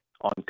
on